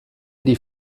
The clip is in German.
die